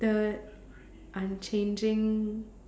the unchanging